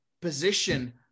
position